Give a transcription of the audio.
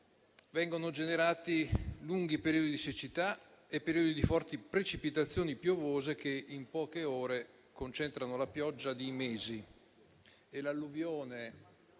purtroppo, generano lunghi periodi di siccità e periodi di forti precipitazioni piovose che in poche ore concentrano la pioggia di mesi. L'alluvione